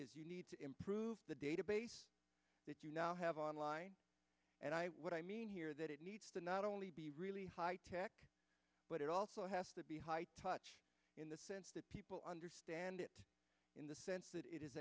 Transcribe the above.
is you need to improve the database that you now have online and i what i mean here that it needs to not only be really high tech but it also has to be high touch in the sense that people understand it in the sense that it is